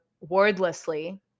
wordlessly